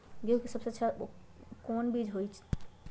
गेंहू के सबसे अच्छा कौन बीज होई?